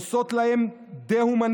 עושות להם דה-הומניזציה,